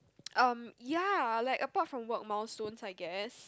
um ya like apart from work milestones I guess